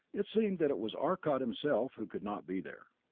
it seemed that it was arcot himself who could not be there.